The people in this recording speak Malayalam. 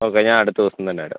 ഓക്കെ ഞാൻ അടുത്ത ദിവസം തന്നെ വരാം